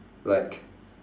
like